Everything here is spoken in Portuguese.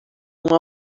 uma